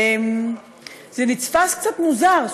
זה נתפס קצת מוזר,